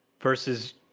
versus